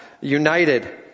United